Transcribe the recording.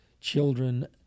children